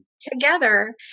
together